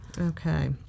okay